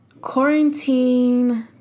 Quarantine